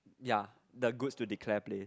ya the goods to declare place